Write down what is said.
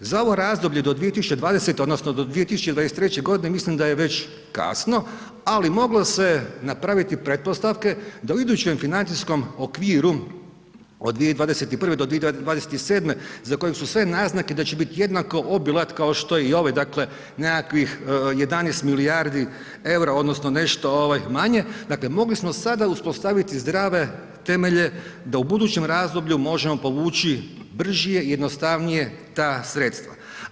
Za ovo razdoblje do 2020. odnosno do 2023. godine mislim da je već kasno ali moglo se napraviti pretpostavke da u idućem financijskom okviru od 2021. do 2027. za koje su sve naznake da će biti jednako obilat kao što je i ovaj, dakle nekakvih 11 milijardi eura odnosno nešto manje, dakle mogli smo sada uspostaviti zdrave temeljem da u budućem razdoblju možemo povući brže i jednostavnije ta sredstva.